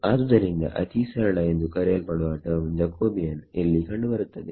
ಆದುದರಿಂದ ಅತೀ ಸರಳ ಎಂದು ಕರೆಯಲ್ಪಡುವ ಟರ್ಮ್ ಜಕೋಬಿಯನ್ ಇಲ್ಲಿ ಕಂಡುಬರುತ್ತದೆ